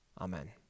amen